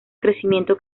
crecimiento